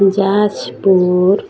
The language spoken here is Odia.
ଯାଜପୁର